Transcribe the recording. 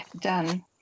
done